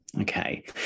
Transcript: Okay